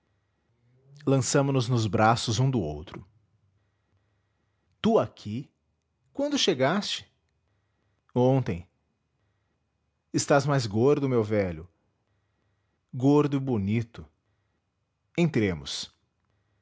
lançamonos nos braços um do outro tu aqui quando chegaste ontem estás mais gordo meu velho gordo e bonito entremos